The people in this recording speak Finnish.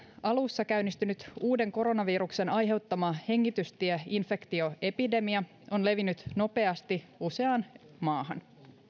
alussa käynnistynyt uuden koronaviruksen aiheuttama hengitystieinfektioepidemia on levinnyt nopeasti useaan maahan